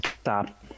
stop